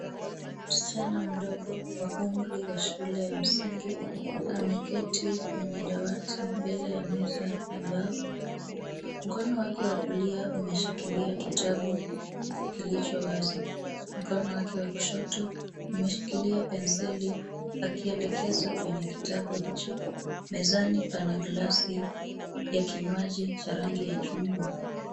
Msichana mdogo wa umri wa shule ya msingi ameketi kwenye dawati mbele ya meza ya mbao. Mkono wake wa kulia umeshikilia kitabu kilicho wazi. Mkono wake wa kushoto umeshikilia penseli akielekeza kwenye kitabu hicho. Mezani pana glasi ya kinywaji cha rangi ya chungwa.